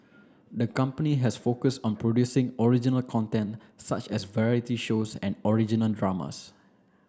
the company has focused on producing original content such as variety shows and original dramas